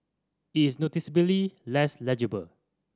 it is noticeably less legible